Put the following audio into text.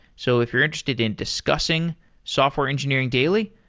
so, if you're interested in discussing software engineering daily,